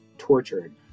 tortured